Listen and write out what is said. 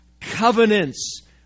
covenants